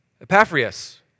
Epaphras